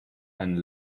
and